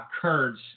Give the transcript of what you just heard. Kurds